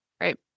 Right